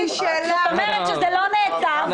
זאת אומרת שזה לא נעצר,